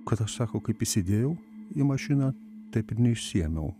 kad aš sako kaip įsidėjau į mašiną taip ir neišsiėmiau